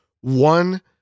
one